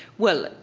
well,